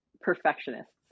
perfectionists